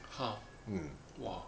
!huh! !wah!